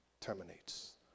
terminates